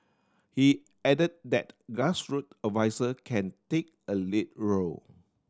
he add that grassroot adviser can take a lead role